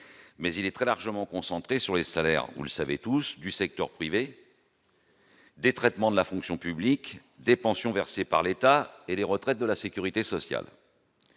Il est très largement concentré sur les salaires du secteur privé, les traitements de la fonction publique, les pensions versées par l'État et les retraites de la sécurité sociale.